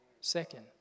second